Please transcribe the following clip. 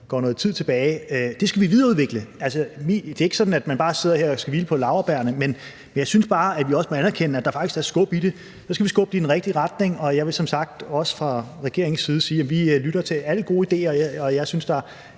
går noget tid tilbage. Det skal vi videreudvikle. Altså, det er ikke sådan, at man skal hvile på laurbærrene her. Men jeg synes bare, at vi også må anerkende, at der faktisk er skub i det. Så skal vi skubbe det i den rigtige retning, og jeg vil som sagt også fra regeringens side sige, at vi lytter til alle gode idéer, og jeg synes, at